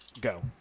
go